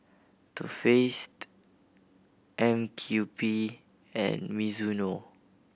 Too Faced M U P and Mizuno